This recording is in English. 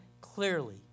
clearly